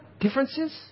Differences